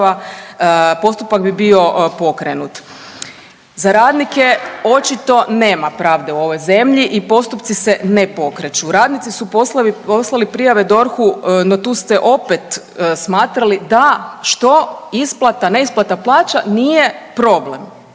postupak bi bio pokrenut. Za radnike očito nema pravde u ovoj zemlji i postupci se ne pokreću. Radnici su poslali prijave DORH-u, no tu ste opet smatrali da, što, isplata, neisplata plaća nije problem.